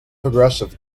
progressive